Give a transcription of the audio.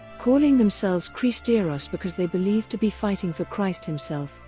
calling themselves cristeros because they believed to be fighting for christ himself,